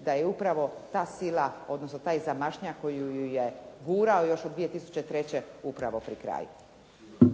da je upravo ta sila odnosno taj zamašnjak koji ju je gurao još od 2003. upravo pri kraju.